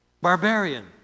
barbarian